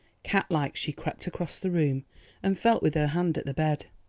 cat-like she crept across the room and felt with her hand at the bed.